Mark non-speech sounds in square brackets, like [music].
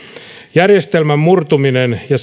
järjestelmän murtuminen ja [unintelligible]